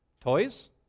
toys